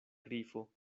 grifo